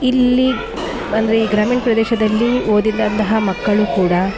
ಇಲ್ಲಿ ಅಂದರೆ ಈ ಗ್ರಾಮೀಣ ಪ್ರದೇಶದಲ್ಲಿ ಓದಿದಂತಹ ಮಕ್ಕಳು ಕೂಡ